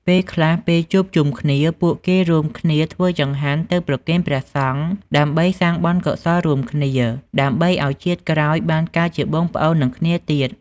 ពេលខ្លះ ពេលជួបជុំគ្នា ពួកគេរួមគ្នាធ្វើចង្ហាន់ទៅវត្តប្រគេនព្រះសង្ឃ ដើម្បីសាងបុណ្យកុសលរួមគ្នា ដើម្បីឱ្យជាតិក្រោយបានកើតជាបងប្អូននឹងគ្នាទៀត។